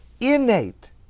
innate